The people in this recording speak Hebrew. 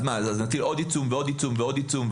אז נטיל עוד עיצום ועוד עיצום ועוד עיצום?